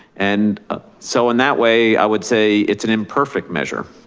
and so in that way, i would say it's an imperfect measure.